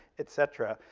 et cetera.